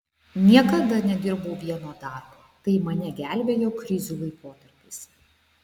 niekada nedirbau vieno darbo tai mane gelbėjo krizių laikotarpiais